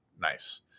nice